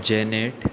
Janet